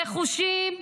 נחושים,